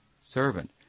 servant